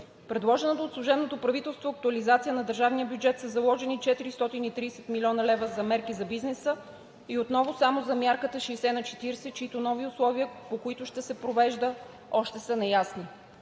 предложената от служебното правителство актуализация на държавния бюджет са заложени 430 млн. лв. за мерки за бизнеса и отново само за мярката 60/40, чиито нови условия, по които ще се провежда, още са неясни,